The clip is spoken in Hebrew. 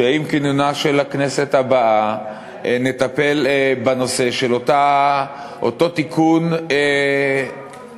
שעם כינונה של הכנסת הבאה נטפל בנושא של אותו תיקון עוול